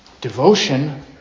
Devotion